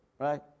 Right